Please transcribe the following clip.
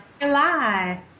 July